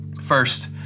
First